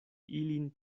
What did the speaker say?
ilin